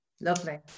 Lovely